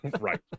right